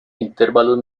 intervalos